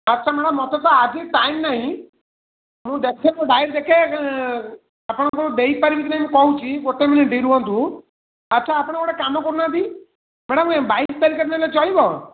ଆଚ୍ଛା ମ୍ୟାଡ଼ାମ୍ ମୋତେ ତ ଆଜି ଟାଇମ୍ ନାହିଁ ମୁଁ ଦେଖେ ଡାଇରୀ ଦେଖେ ଆପଣଙ୍କୁ ଦେଇପାରିବି କି ନାଇଁ କହୁଛି ଗୋଟେ ମିନିଟ୍ ରୁହନ୍ତୁ ଆଚ୍ଛା ଆପଣ ଗୋଟେ କାମ କରୁନାହାନ୍ତି ମ୍ୟାଡ଼ାମ୍ ବାଇଶ ତାରିଖ ନେଲେ ଚଳିବ